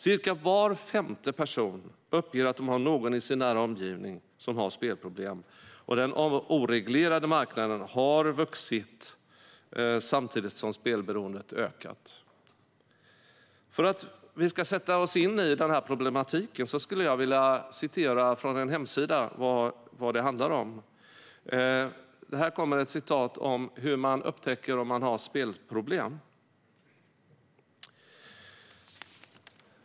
Cirka var femte person uppger att de har någon i sin nära omgivning som har spelproblem, och den oreglerade marknaden har vuxit samtidigt som spelberoendet ökat. För att vi ska sätta oss in i problematiken skulle jag vilja citera från en hemsida. Citatet handlar om hur man upptäcker om man har spelproblem.